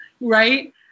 Right